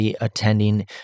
Attending